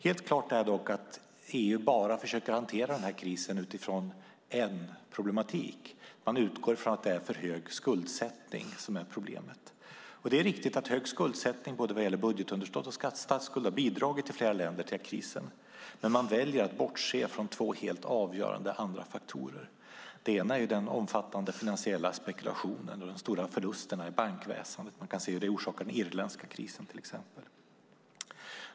Helt klart är att EU försöker hantera den här krisen utifrån endast en problematik. Man utgår från att det är för hög skuldsättning som är problemet. Det är riktigt att hög skuldsättning, både när det gäller budgetunderskott och statsskuld, i flera länder har bidragit till krisen. Men man väljer att bortse från två andra helt avgörande faktorer. Den ena är den omfattande finansiella spekulationen och de stora förlusterna i bankväsendet. Man kan se hur det orsakade den irländska krisen till exempel.